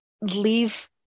leave